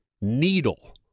Needle